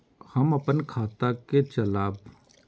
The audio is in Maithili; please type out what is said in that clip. हम अपन खाता के चलाब?